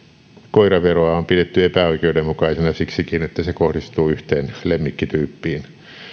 koiraveroa on pidetty epäoikeudenmukaisena siksikin että se kohdistuu yhteen lemmikkityyppiin